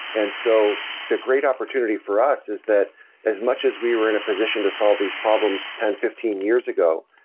and so the great opportunity for us is that as much as we were in a position to solve these problems ten, fifteen years ago,